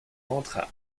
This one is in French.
entre